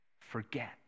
forget